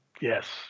Yes